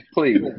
Please